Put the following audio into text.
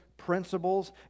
principles